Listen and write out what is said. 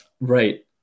right